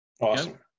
awesome